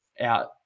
out